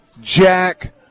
Jack